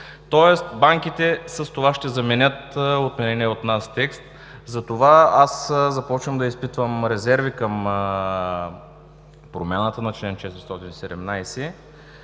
тоест банките ще заменят отменения от нас текст. Затова започвам да изпитвам резерви към промяната на чл. 417.